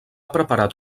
preparat